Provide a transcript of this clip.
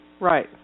Right